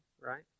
right